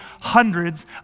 hundreds